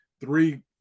three